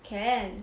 can